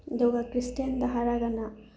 ꯑꯗꯨꯒ ꯈ꯭ꯔꯤꯁꯇꯦꯟꯗ ꯍꯥꯏꯔꯒꯅ